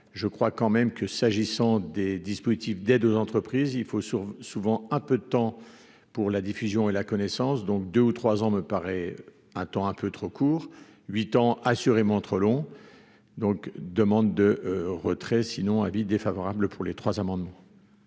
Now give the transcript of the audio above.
je crois quand même que, s'agissant des dispositifs d'aide aux entreprises, il faut souvent un peu de temps pour la diffusion et la connaissance donc deux ou trois ans me paraît un temps un peu trop court 8 ans assurément trop long donc demande de retrait sinon avis défavorable pour les trois amendements.